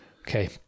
Okay